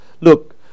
look